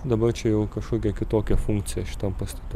dabar čia jau kažkokia kitokia funkcija šitam pastate